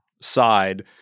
side